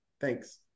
Thanks